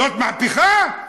זאת מהפכה?